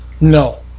No